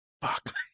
Fuck